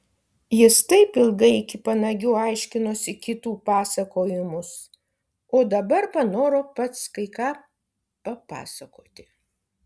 jis taip ilgai iki panagių aiškinosi kitų pasakojimus o dabar panoro pats kai ką papasakoti